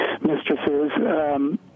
mistresses